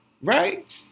Right